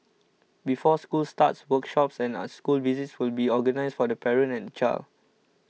before school starts workshops and are school visits will be organised for the parent and child